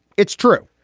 it's true.